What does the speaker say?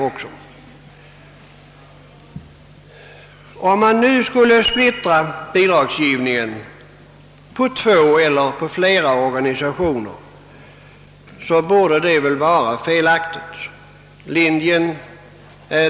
Att nu splittra bidragsgivningen på två eller flera organisationer skulle väl vara felaktigt.